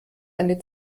eine